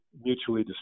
mutually